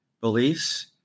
beliefs